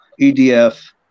EDF